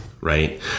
Right